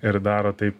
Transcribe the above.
ir daro taip